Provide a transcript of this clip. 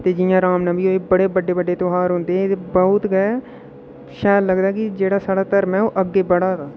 ते जि'यां रामनमीं होई बड़े बड्डे बड्डे ध्यार होंदे एह् बहुत गै शैल लगदा कि जेह्ड़ा साढ़ा धर्म ऐ ओह् अग्गें बढ़ाऽ दा